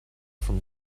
from